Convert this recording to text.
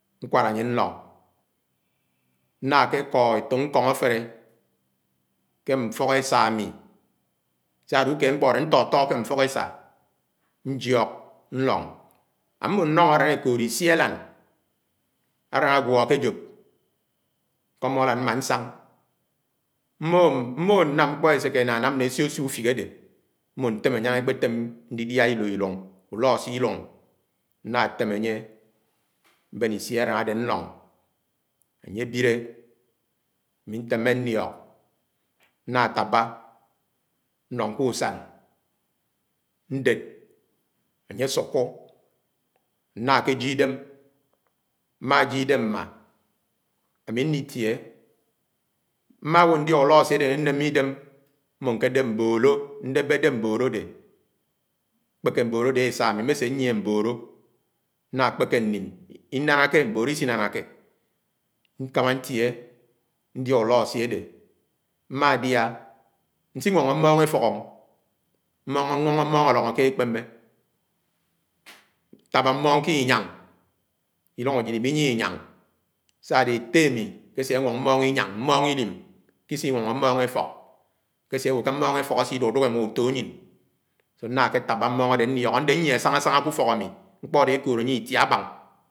Ñkwád ánye ñlọng, ñná ké kọ etòk ñkóng àfélé, ké ñfọk esa ámì sá dé ùkeéd nkpọ adé ñtọtọ ké m̃fọk esá ñjiok nlóng. Ám̃mó ñlọng alán èkoodé ksi àlán, àlan àgwó ke jóp ñkọmọ alàn mmánsáng mmòhó nam ñkpọ éséké enám né asisió ufik adé m̃mọ idém ñañga ékpétém ndidĩa iló ilúng, ùloásü ilúng ñña àtém m̃bén isi àlán ñlóng ánye abiele, ámi ntémé ñliok ññá tábá ñlóng ke ùsân ñdéd ánye sùkó nná ké jié idem̃ m̃má jie ìdém mmá, anu ññitie, monawó ñdiá úloasii àdé na àném ki idém m̃mó kédèp mbóló ñdébédép mbòló àdé nkpéke mtolo ode ke esa amì mmósé nyié mbóló nna kpéké ñnim̃ nánáke mbóló isi nánáké nkámá ñtié ndià ùloasii adé, mmadia, nsinwongo mmong efọk, nwóngọ mmõng àlóngéké ké ékpèmé, ñtábá mmong ké inyómg iluñg ajid immẽ nyir ínyáng sádé ètté ami àkésé ánwọng mmọng inyáng, m̃mõng ilim ikisi inwongo mmõng efọk, akese áwó ké mmóng efok ase idúdúk emọ ùfoányiñ, ñña ké tábá mmõng adẽ liòk ade nyie asanga-sanga kù-ùfọk àmé nkpo adẽ ekoód anyé itià-abang.